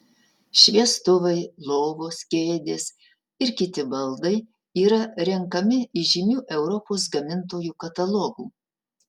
šviestuvai lovos kėdės ir kiti baldai yra renkami iš žymių europos gamintojų katalogų